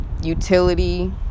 utility